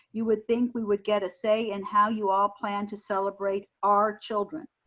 you would think we would get a say in how you all plan to celebrate our children.